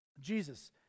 Jesus